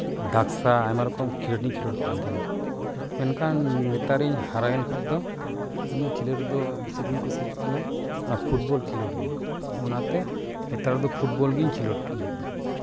ᱫᱷᱟᱠᱥᱟ ᱟᱭᱢᱟ ᱨᱚᱠᱚᱢ ᱠᱷᱮᱞᱳᱰ ᱤᱧ ᱠᱷᱮᱞᱚᱜ ᱠᱟᱱ ᱛᱟᱦᱮᱱᱟ ᱢᱮᱱᱠᱷᱟᱱ ᱱᱮᱛᱟᱨᱤᱧ ᱦᱟᱨᱟᱭᱮᱱ ᱠᱷᱟᱱ ᱫᱚ ᱤᱧᱟᱹᱜ ᱠᱷᱮᱞᱳᱰ ᱫᱚ ᱵᱮᱥᱤ ᱫᱚᱧ ᱠᱩᱥᱤᱭᱟᱜ ᱠᱟᱱᱟ ᱚᱱᱟ ᱯᱷᱩᱴᱵᱚᱞ ᱠᱷᱮᱞᱳᱰ ᱜᱮ ᱚᱱᱟᱛᱮ ᱱᱮᱛᱟᱨ ᱫᱚ ᱯᱷᱩᱴᱵᱚᱞ ᱜᱤᱧ ᱠᱷᱮᱞᱳᱰᱚᱜ ᱠᱟᱱᱟ